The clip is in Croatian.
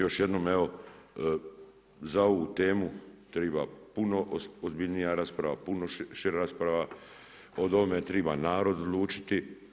Još jednom, za ovu temu treba puno ozbiljnija rasprava, puno šira rasprava, o ovome treba narod odlučiti.